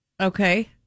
Okay